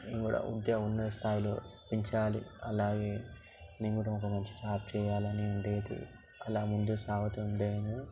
నేను కూడా ఉద్య ఉన్న స్థాయిలో పెంచాలి అలాగే నేను కూడా ఒక మంచి జాబ్ చెయ్యాలని ఉండేది అలా ముందుకు సాగుతూ ఉండేను